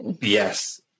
Yes